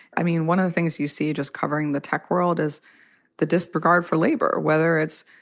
i mean, one of the things you see, you just covering the tech world is the disregard for labor, whether it's,